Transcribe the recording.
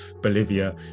Bolivia